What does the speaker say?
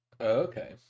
Okay